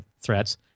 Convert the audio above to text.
threats